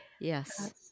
Yes